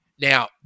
Now